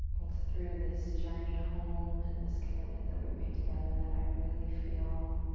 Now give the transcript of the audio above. it's through this journey, home, and this commitment that we've made together that i really feel